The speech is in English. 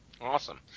awesome